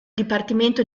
dipartimento